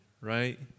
right